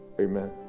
Amen